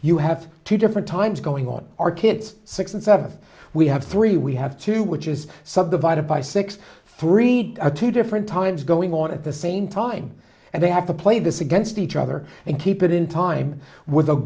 you have two different times going on our kids six and seven we have three we have two which is subdivided by six three two different times going on at the same time and they have to play this against each other and keep it in time w